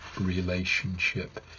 relationship